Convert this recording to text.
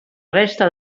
resta